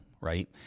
right